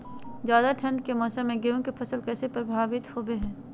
ज्यादा ठंड के मौसम में गेहूं के फसल कैसे प्रभावित होबो हय?